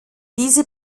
diese